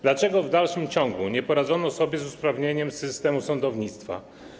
Dlaczego w dalszym ciągu nie poradzono sobie z usprawnieniem systemu sądownictwa?